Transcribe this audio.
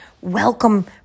welcome